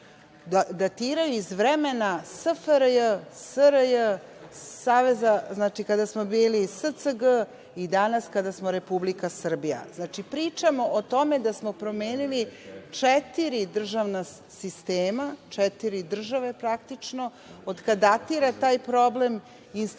datiraju iz vremena SFRJ, SRJ, kada smo bili SCG i danas kada smo Republika Srbija. Znači, pričamo o tome da smo promenili četiri državna sistema, četiri države praktično od kada datira taj problem. Institucije